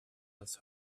das